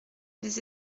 les